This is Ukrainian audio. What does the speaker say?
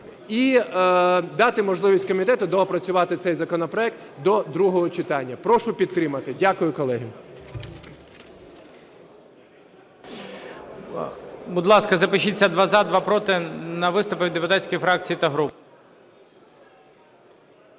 І дати можливість комітету доопрацювати цей законопроект до другого читання. Прошу підтримати. Дякую, колеги.